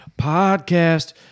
podcast